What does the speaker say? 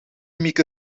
mieke